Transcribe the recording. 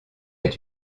est